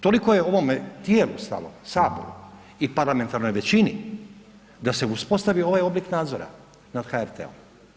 Toliko je ovome tijelu stalo, Saboru i parlamentarnoj većini da se uspostavi ovaj oblik nadzora nad HRT-om.